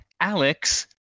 Alex